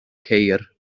ceir